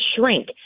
shrink